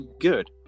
good